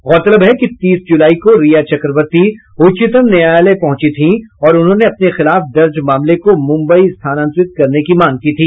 गौरतलब है कि तीस जुलाई को रिया चक्रवर्ती उच्चतम न्यायालय पहुंची थीं और उन्होंने अपने खिलाफ दर्ज मामले को मुंबई स्थानांतरित करने की मांग की थी